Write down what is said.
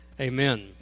Amen